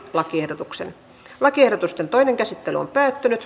lakiehdotuksen lakiehdotusten toinen käsittely on päättynyt